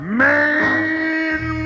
man